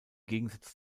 gegensatz